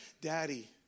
Daddy